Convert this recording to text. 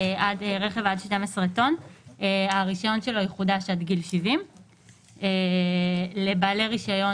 רכב עד 12 טון יחודש עד גיל 70. לבעלי רישיון